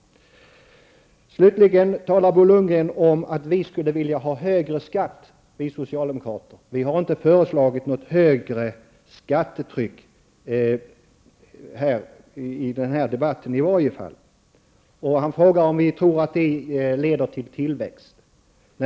Slutligen påstår Bo Lundgren att vi socialdemokrater vill ha en högre skatt. Vi har inte i den här debatten föreslagit ett högre skattetryck. Bo Lundgren frågar också om ett högre skattetryck leder till tillväxt.